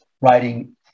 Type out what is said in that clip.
writing